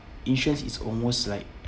insurance is almost like